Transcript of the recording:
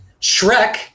Shrek